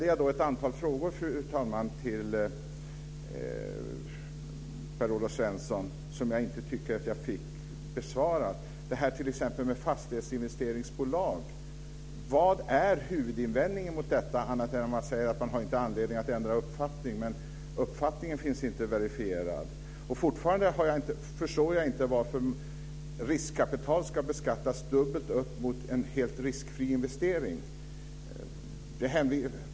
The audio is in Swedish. Jag ställde ett antal frågor till Per Olof Svensson som jag inte tycker att jag fick besvarade. Det gäller t.ex. fastighetsinvesteringsbolag. Vad är huvudinvändningen mot detta annat än att man säger att det inte finns anledning att ändra uppfattning, men uppfattningen finns inte verifierad? Fortfarande förstår jag inte varför riskkapital ska beskattas dubbelt upp mot en helt riskfri investering.